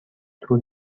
طول